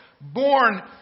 born